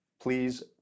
Please